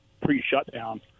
pre-shutdown